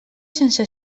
sense